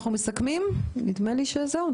נדמה לי שזהו.